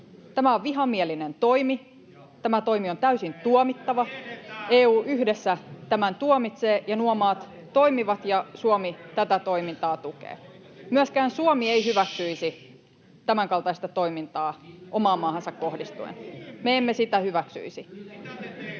ryhmästä: Tiedetään! — Ja mitä teette?] EU yhdessä tämän tuomitsee, nuo maat toimivat, ja Suomi tätä toimintaa tukee. Myöskään Suomi ei hyväksyisi tämänkaltaista toimintaa omaan maahansa kohdistuen. Me emme sitä hyväksyisi.